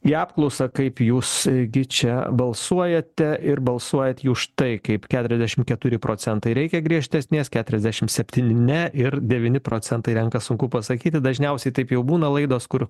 į apklausą kaip jūs gi čia balsuojate ir balsuojat jūs štai kaip keturiasdešimt keturi procentai reikia griežtesnės keturiasdešimt septyni ne ir devyni procentai renkas sunku pasakyti dažniausiai taip jau būna laidos kur